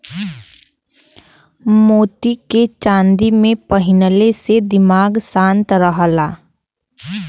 मोती के चांदी में पहिनले से दिमाग शांत रहला